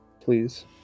Please